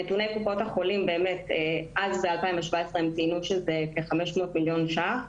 בנתוני קופות החולים ב-2017 הם ציינו שהעלות כ-500 מיליון ש"ח,